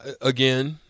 again